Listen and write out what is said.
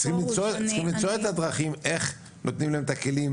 צריך למצוא דרכים איך לתת להם כלים